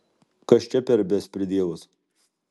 kas čia per bespridielas